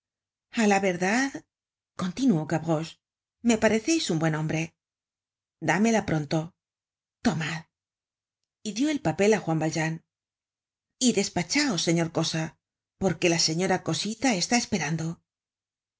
la verdad continuó gavroche me pareceis un buen hombre dámela pronto tomad y dió el papel á juan valjean y despachaos señor cosa porque la señora cosita está esperando